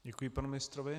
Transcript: Děkuji panu ministrovi.